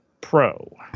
pro